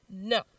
No